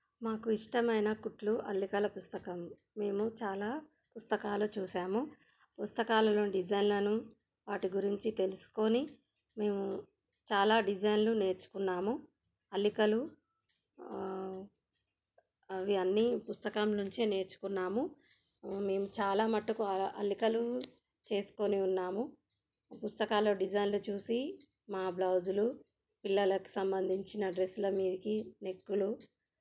మాకు ఇష్టమైన కుట్లు అల్లికల పుస్తకం మేము చాలా పుస్తకాలు చూసాము పుస్తకాలలో డిజైన్లను వాటి గురించి తెలుసుకొని మేము చాలా డిజైన్లు నేర్చుకున్నాము అల్లికలు అవి అన్ని పుస్తకం నుంచే నేర్చుకున్నాము మేము చాలా మటుకు అల అల్లికలు చేసుకొని ఉన్నాము పుస్తకాల్లో డిజైన్లు చూసి మా బ్లౌజులు పిల్లలకు సంబంధించిన డ్రెస్ల మీదికి నెక్కులు